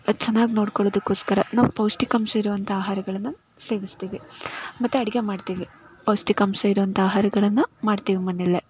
ಚೆನ್ನಾಗಿ ನೋಡ್ಕೊಳ್ಳೋದಕ್ಕೋಸ್ಕರ ನಾವು ಪೌಷ್ಠಿಕಾಂಶ ಇರುವಂಥ ಆಹಾರಗಳನ್ನು ಸೇವಿಸ್ತೀವಿ ಮತ್ತು ಅಡುಗೆ ಮಾಡ್ತೀವಿ ಪೌಷ್ಠಿಕಾಂಶ ಇರುವಂಥ ಆಹಾರಗಳನ್ನು ಮಾಡ್ತೀವಿ ಮನೆಯಲ್ಲೇ